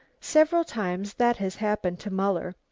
several times that has happened to muller,